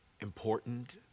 important